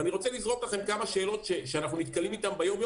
ואני רוצה לזרוק כמה שאלות שאנחנו נתקלים בהן יום-יום